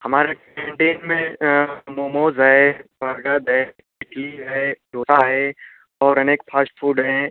हमारे कैंटीन में मोमोज़ है बर्गद है इडली है डोसा है और अनेक फास्ट फूड हैं